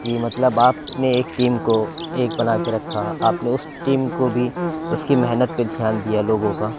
کہ مطلب آپ نے ایک ٹیم کو ایک بنا کے رکھا آپ نے اس ٹیم کو بھی اس کی محنت پہ دھیان دیا لوگوں کا